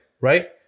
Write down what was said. Right